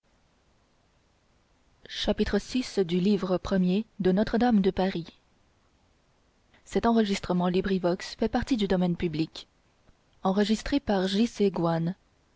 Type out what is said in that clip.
du manuscrit de notre-dame de paris